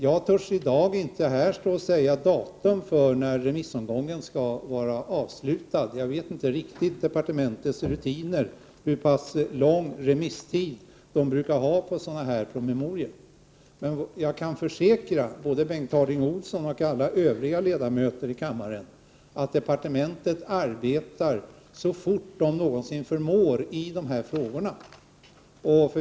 Jag vågar i dag inte säga vilket datum remissomgången skall vara avslutad. Jag känner inte riktigt till departementets rutiner på den punkten och vet inte hur lång remisstid man brukar ha på sådana promemorior. Men jag kan försäkra Bengt Harding Olson och alla övriga ledamöter i kammaren att departementet arbetar så fort man någonsin förmår med de här frågorna.